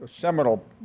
seminal